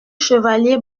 chevalier